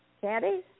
Candy